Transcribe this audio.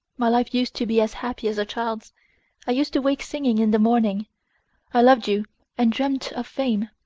my life used to be as happy as a child's i used to wake singing in the morning i loved you and dreamt of fame,